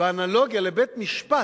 באנלוגיה לבית-משפט,